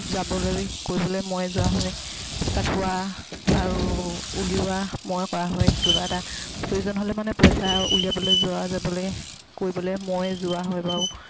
যাবলৈ কৰিবলৈ ময়ে যোৱা হয় পইচা থোৱা আৰু উলিওৱা ময়ে কৰা হয় কিবা এটা প্ৰয়োজন হ'লে মানে পইচা উলিয়াবলৈ যোৱা যাবলে কৰিবলে ময়ে যোৱা হয় বাৰু